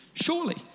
Surely